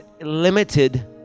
limited